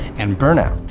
and burnout.